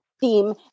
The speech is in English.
theme